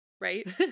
right